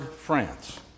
France